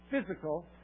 physical